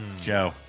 Joe